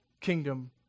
kingdom